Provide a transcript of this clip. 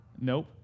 Nope